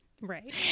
Right